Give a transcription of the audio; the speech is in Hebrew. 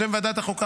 בשם ועדת החוקה,